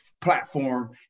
platform